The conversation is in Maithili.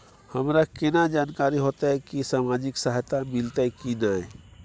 हमरा केना जानकारी होते की सामाजिक सहायता मिलते की नय?